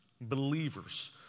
believers